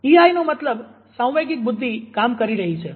EI નો મતલબ સાંવેગિક બુદ્ધિ કામ કરી રહી છે